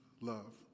love